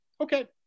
Okay